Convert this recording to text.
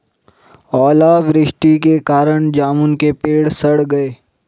ओला वृष्टि के कारण जामुन के पेड़ सड़ गए